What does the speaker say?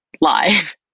live